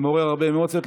מעורר הרבה אמוציות.